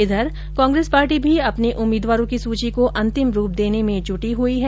इधर कांग्रेस पार्टी भी अपने उम्मीदवारों की सूची को अंतिम रूप देने में जुटी है